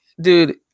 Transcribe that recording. dude